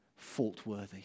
faultworthy